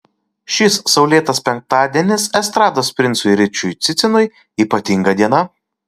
šis saulėtas penktadienis estrados princui ryčiui cicinui ypatinga diena